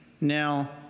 now